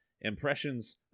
Impressions